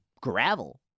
gravel